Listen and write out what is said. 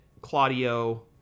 Claudio